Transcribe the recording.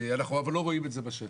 'אנחנו אבל לא רואים את זה בשטח'.